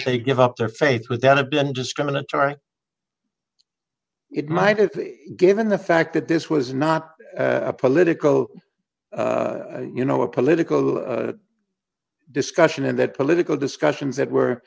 take give up their faith without a been discriminatory it might have given the fact that this was not a political you know a political discussion and that political discussions that were